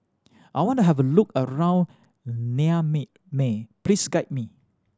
I want to have a look around may please guide me